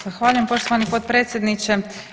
Zahvaljujem poštovani potpredsjedniče.